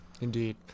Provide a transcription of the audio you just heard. Indeed